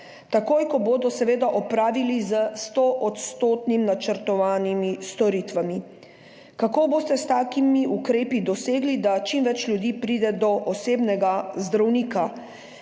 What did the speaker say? takoj ko bodo opravili 100 % načrtovanih storitev? Kako boste s takimi ukrepi dosegli, da čim več ljudi pride do osebnega zdravnika?